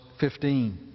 15